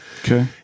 Okay